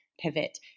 pivot